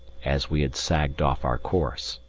as we had sagged off our course.